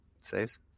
saves